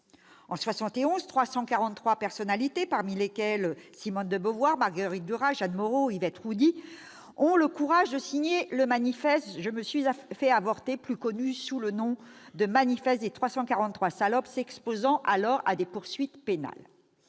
En 1971, 343 personnalités- parmi lesquelles Simone de Beauvoir, Marguerite Duras, Jeanne Moreau, Yvette Roudy -ont eu le courage de signer le manifeste Je me suis fait avorter, plus connu sous le nom « manifeste des 343 salopes », s'exposant alors à des poursuites pénales.